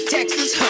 Texas